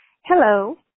Hello